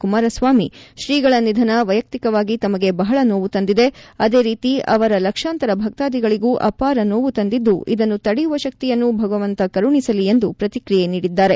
ಕುಮಾರಸ್ವಾಮಿ ಶ್ರೀಗಳ ನಿಧನ ವೈಯಕ್ತಿಕವಾಗಿ ತಮಗೆ ಬಹಳ ನೋವು ತಂದಿದೆ ಅದೆ ರೀತಿ ಅವರ ಲಕ್ಷಾಂತರ ಭಕ್ತಾಧಿಗಳಗೂ ಅಪಾರ ನೋವು ತಂದಿದ್ದು ಇದನ್ನು ತಡೆಯುವ ಶಕ್ತಿಯನ್ನು ಭಗವಂತ ಕರುಣಿಸಲಿ ಎಂದು ಶ್ರತಿಕ್ರಿಯೆ ನೀಡಿದ್ದಾರೆ